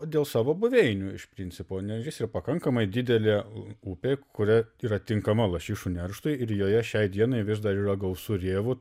dėl savo buveinių iš principo neris yra pakankamai didelė upė kuria yra tinkama lašišų nerštui ir joje šiai dienai vis dar yra gausu rėvų